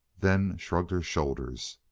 then shrugged her shoulders.